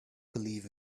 believe